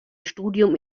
studium